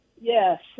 Yes